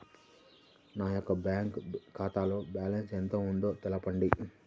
నా యొక్క బ్యాంక్ ఖాతాలో బ్యాలెన్స్ ఎంత ఉందో తెలపండి?